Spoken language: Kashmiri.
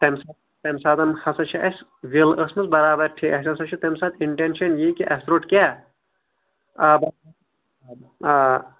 تَمہِ ساتن ہسا چھِ اَسہِ وِل ٲسۍ مٕژ برابر ٹھیٖک اَسہِ ہسا چھِ تمہِ ساتہٕ انٹینشن یی کہِ اَسہِ روٚٹ کیاہ آباد زٔمیٖن